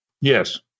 Yes